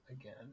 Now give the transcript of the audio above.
again